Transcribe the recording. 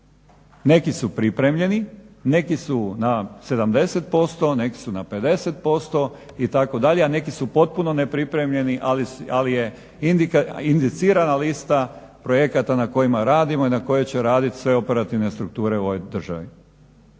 Neki su pripremljeni, neki su na 70%, neki su na 50% itd. a neki su potpuno nepripremljeni, ali je indicirana lista projekata na kojima radimo i na kojim će radit sve operativne strukture u ovoj državi.